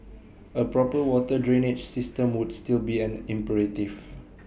A proper water drainage system would still be an imperative